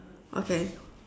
okay